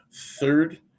third